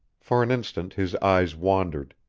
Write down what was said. for an instant his eyes wandered.